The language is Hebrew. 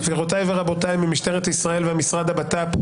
מילה לגבי הנתונים,